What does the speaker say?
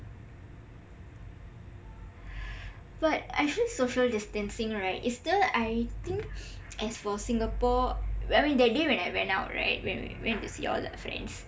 but I feel social distancing right is still I think as for singapore I mean that day when I went out right went to see all my friends